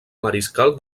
mariscal